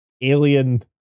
Alien